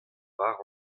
war